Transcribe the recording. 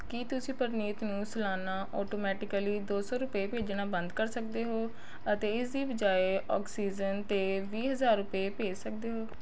ਕੀ ਤੁਸੀਂ ਪਰਨੀਤ ਨੂੰ ਸਲਾਨਾ ਆਟੋਮੈਟਿਕਲੀ ਦੋ ਸੌ ਰੁਪਏ ਭੇਜਣਾ ਬੰਦ ਕਰ ਸਕਦੇ ਹੋ ਅਤੇ ਇਸ ਦੀ ਬਜਾਏ ਆਕਸੀਜਨ ਅਤੇ ਵੀਹ ਹਜ਼ਾਰ ਰੁਪਏ ਭੇਜ ਸਕਦੇ ਹੋ